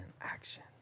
action